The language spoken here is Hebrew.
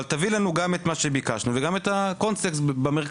אבל תביא לנו גם את מה שביקשנו וגם את הקונטקסט במרכז,